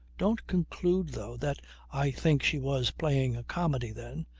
don't conclude, though, that i think she was playing a comedy then,